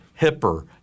hipper